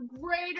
Greater